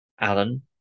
Alan